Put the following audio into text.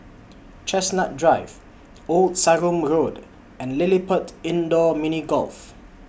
Chestnut Drive Old Sarum Road and LilliPutt Indoor Mini Golf